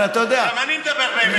הרי אתה יודע, גם אני מדבר באמת.